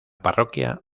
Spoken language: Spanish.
parroquia